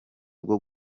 bwo